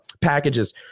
packages